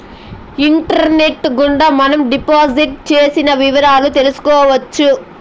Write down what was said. internet గుండా మనం deposit చేసిన వివరాలు తెలుసుకోవచ్చు